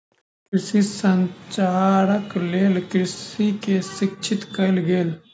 कृषि संचारक लेल कृषक के शिक्षित कयल गेल